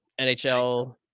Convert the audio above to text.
NHL